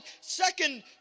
second